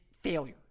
failure